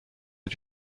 are